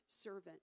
servant